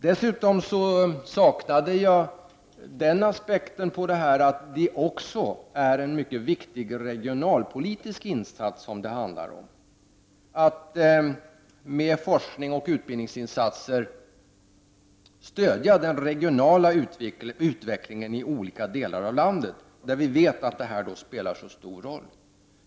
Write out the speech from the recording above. Dessutom saknade jag den aspekten att det också är en mycket viktig regionalpolitisk insats som det handlar om — att med forskning och utbildningsinsatser stödja den regionala utvecklingen i olika delar av landet, där vi vet att dessa insatser spelar stor roll.